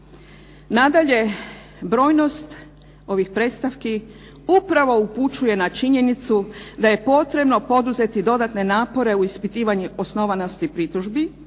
Nadalje, brojnost ovih predstavki upravo upućuje na činjenicu da je potrebno poduzeti dodatne napore u ispitivanju osnovanosti pritužbi